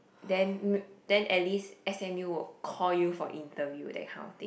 then m~ then at least s_m_u will call you for interview that kind of thing